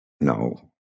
No